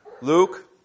Luke